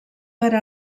per